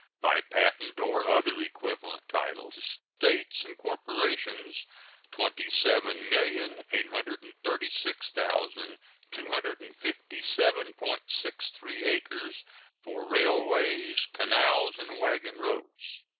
by patent or other equivalent title, to states and corporations twenty seven million eight hundred and thirty six thousand two hundred and fifty seven point six three acres for railways, canals, and wagon roads.